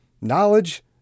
knowledge